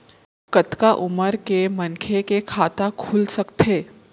कतका उमर के मनखे के खाता खुल सकथे?